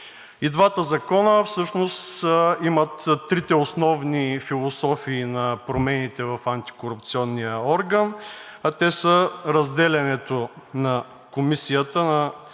И двата закона всъщност имат трите основни философии на промените в антикорупционния орган. Те са разделянето на Комисията –